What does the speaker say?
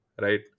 Right